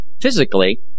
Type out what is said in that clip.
Physically